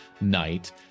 night